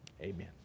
Amen